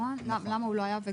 למה הוא לא היה?